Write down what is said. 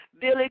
Billy